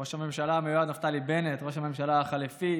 ראש הממשלה המיועד נפתלי בנט, ראש הממשלה החליפי